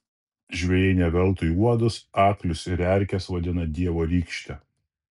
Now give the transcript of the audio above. žvejai ne veltui uodus aklius ir erkes vadina dievo rykšte